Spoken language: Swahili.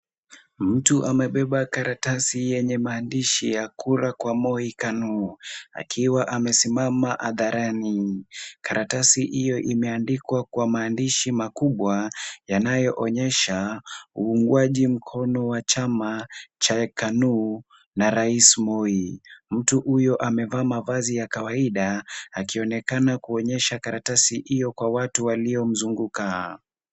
Mtu amebeba karatasi yenye maandishi kura kwa Moi KANU akiwa amesimama hadharani. Karatasi hio imeandikwa kwa maandishi makubwa yanayo onyesha uungaji mkono wa chama cha KANU na rais Moi. Mtu huyo amevaa mavazi ya kawaida akionekana kuonyesha karatasi hio kwa watu waliomzunguka.